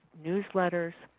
newsletters,